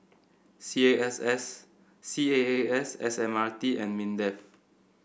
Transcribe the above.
C A S S C A A S S M R T and Mindef